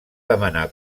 demanar